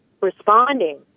responding